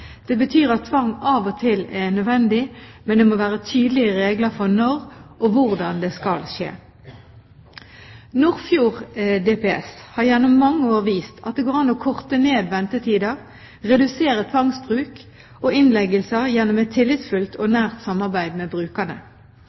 Det betyr at tvang av og til er nødvendig, men det må være tydelige regler for når og hvordan det skal skje. Nordfjord DPS har gjennom mange år vist at det går an å korte ned ventetider, redusere tvangsbruk og innleggelser gjennom et tillitsfullt og nært samarbeid med brukerne.